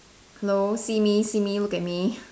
hello see me see me look at me